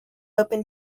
open